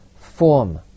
form